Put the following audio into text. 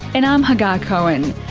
and i'm hagar cohen.